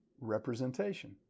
representation